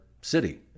city